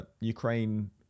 ukraine